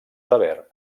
sever